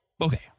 Okay